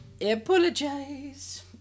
apologize